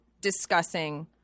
discussing